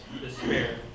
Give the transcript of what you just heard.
despair